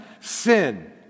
sin